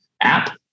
app